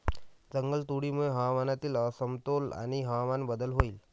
जंगलतोडीमुळे हवामानातील असमतोल आणि हवामान बदल होईल